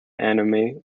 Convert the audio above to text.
anime